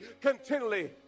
continually